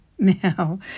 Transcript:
now